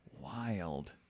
Wild